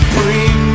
Bring